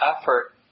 effort